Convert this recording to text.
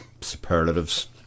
superlatives